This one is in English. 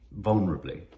vulnerably